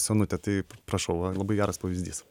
sienutę tai prašau labai geras pavyzdys